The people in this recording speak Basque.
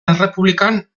errepublikan